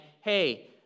hey